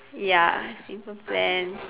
ya simple plan